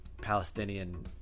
Palestinian